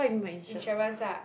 insurance ah